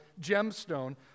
gemstone